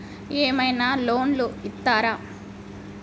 ఏమైనా లోన్లు ఇత్తరా?